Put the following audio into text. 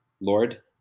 Lord